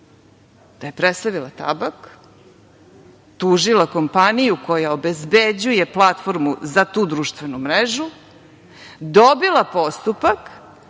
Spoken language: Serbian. da je presavila tabak, tužila kompaniju koja obezbeđuje platformu za tu društvenu mrežu, dobila postupak